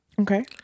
Okay